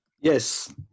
Yes